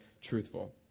truthful